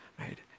right